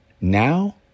now